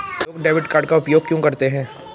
लोग debit card का उपयोग क्यों करते हैं?